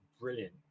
brilliant